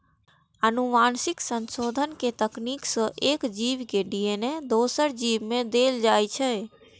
आनुवंशिक संशोधन तकनीक सं एक जीव के डी.एन.ए दोसर जीव मे देल जाइ छै